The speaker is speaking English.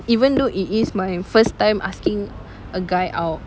even though it is my first time asking a guy out